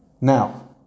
Now